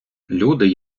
люди